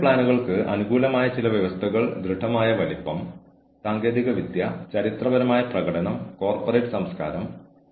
നഷ്ടപരിഹാരം എന്നത് എല്ലാ ജീവനക്കാരെയും പോലെ ന്യായമായ ശമ്പള നയങ്ങളുടെ ധാരണയാണ്